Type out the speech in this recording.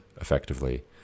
effectively